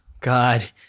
God